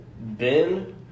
Ben